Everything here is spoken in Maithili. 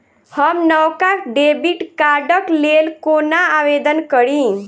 हम नवका डेबिट कार्डक लेल कोना आवेदन करी?